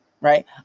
right